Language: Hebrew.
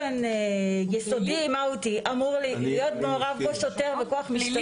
שבאופן יסודי מהותי אמור להיות מעורב בו שוטר וכוח משטרתי.